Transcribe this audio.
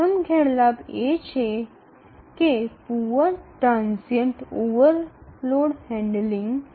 প্রথম অসুবিধাটি হল খারাপ ক্ষণস্থায়ী ওভারলোড হ্যান্ডলিং